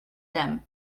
them